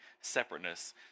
separateness